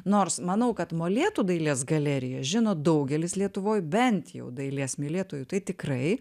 nors manau kad molėtų dailės galerija žino daugelis lietuvoje bent jau dailės mylėtojų tai tikrai